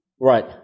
right